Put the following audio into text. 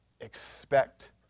expect